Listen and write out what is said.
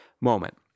moment